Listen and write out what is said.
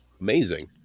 amazing